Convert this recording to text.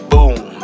Boom